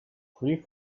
three